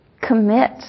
commit